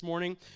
Morning